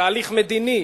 תהליך מדיני,